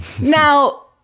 Now